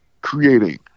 creating